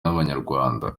n’abanyarwanda